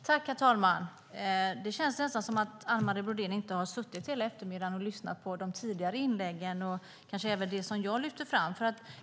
Herr talman! Det känns nästan som om Anne Marie Brodén inte har suttit här hela eftermiddagen och lyssnat på de tidigare inläggen och kanske även det som jag lyfte fram.